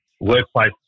workplace